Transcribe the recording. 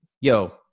Yo